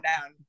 down